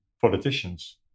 politicians